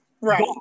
right